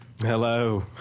Hello